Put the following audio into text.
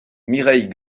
mireille